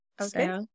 Okay